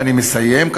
נא לסיים.